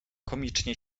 komicznie